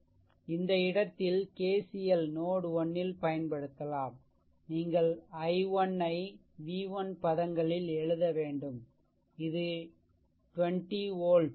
இந்த இடத்தில் KCL node 1ல் பயன்படுத்தலாம் நீங்கள் i1 ஐ v1 பதங்களில் எழுதவேண்டும் இது 20 வோல்ட்